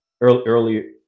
early